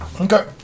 Okay